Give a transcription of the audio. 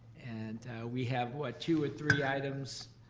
and we have, what, two or three items